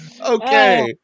okay